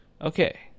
Okay